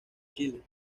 chile